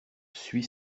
suit